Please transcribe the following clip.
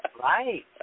Right